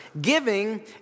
giving